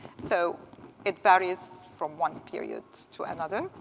so it varies from one period to another,